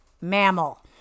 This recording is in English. mammal